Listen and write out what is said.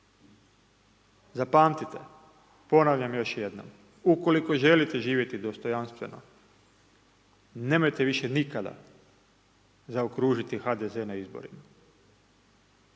Zapamtite, ponavljam još jednom, ukoliko želite živjeti dostojanstveno nemojte više nikada zaokružiti HDZ na izborima.